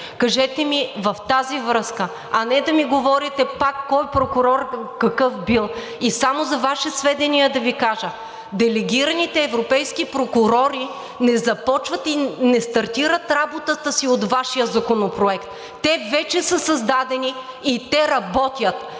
кажете ми в тази връзка, а не да ми говорите пак кой прокурор какъв бил. Само за Ваше сведение да Ви кажа: делегираните европейски прокурори не започват и не стартират работата си от Вашия Законопроект. Те вече са създадени и те работят